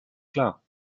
klar